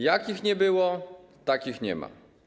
Jak ich nie było, tak nie ma.